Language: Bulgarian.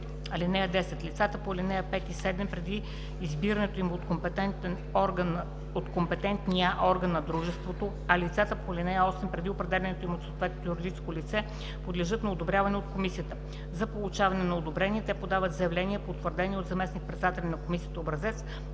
или 2. (10) Лицата по ал. 5 и 7 преди избирането им от компетентния орган на дружеството, а лицата по ал. 8 – преди определянето им от съответното юридическо лице, подлежат на одобряване от комисията. За получаване на одобрение те подават заявление по утвърден от заместник-председателя на комисията образец,